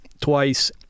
twice